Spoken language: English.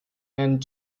and